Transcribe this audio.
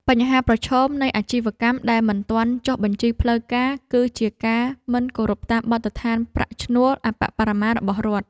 បញ្ហាប្រឈមនៃអាជីវកម្មដែលមិនទាន់ចុះបញ្ជីផ្លូវការ គឺជាការមិនគោរពតាមបទដ្ឋានប្រាក់ឈ្នួលអប្បបរមារបស់រដ្ឋ។